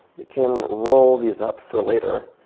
we can roll these up for later,